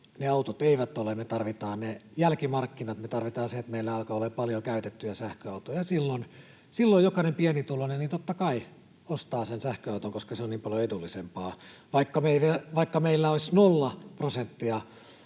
ne autot eivät ole. Me tarvitaan ne jälkimarkkinat, me tarvitaan se, että meillä alkaa olemaan paljon käytettyjä sähköautoja. Silloin jokainen pienituloinen totta kai ostaa sen sähköauton, koska se on niin paljon edullisempaa. Vaikka meillä olisi nolla prosenttia